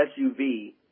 SUV